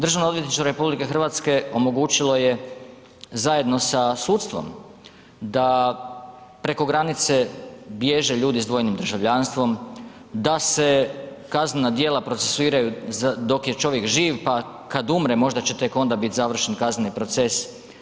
DORH omogućilo je zajedno sa sudstvom da preko granice bježe ljudi s dvojnim državljanstvom, da se kaznena djela procesuiraju dok je čovjek živ, pa kad umre, možda će tek onda biti završen kazneni proces.